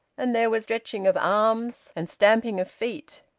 and there was stretching of arms and stamping of feet.